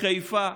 חיפה.